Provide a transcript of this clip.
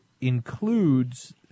includes